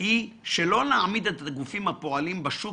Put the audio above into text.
היא שלא להעמיד את הגופים הפועלים בשוק